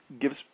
gives